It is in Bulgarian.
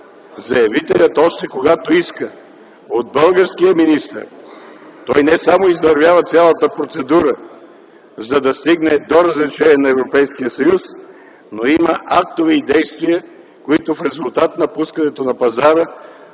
заявителят още когато иска от българския министър, той не само извървява цялата процедура, за да стигне до разрешение на Европейския съюз, но има актове и действия, които в резултат на пускането на пазара